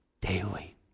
daily